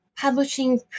publishing